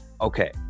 okay